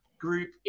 Group